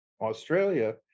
Australia